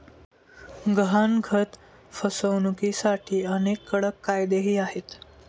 गहाणखत फसवणुकीसाठी अनेक कडक कायदेही आहेत